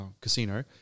Casino